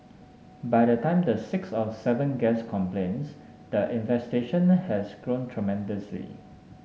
by the time the sixth or seventh guest complains the infestation has grown tremendously